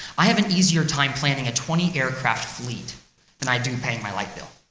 i have an easier time planning a twenty aircraft fleet than i do paying my light bill.